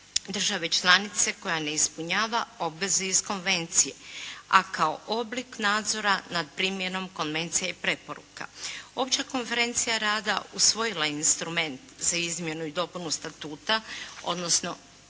države članice koja ne ispunjava obveze iz konvencije, a kao oblik nadzora nad primjenom konvencija i preporuka. Opća konferencija usvojila je instrument za izmjenu i dopunu statuta, odnosno